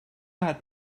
hat